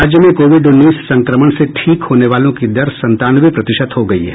राज्य में कोविड उन्नीस संक्रमण से ठीक होने वालों की दर संतानवे प्रतिशत हो गयी है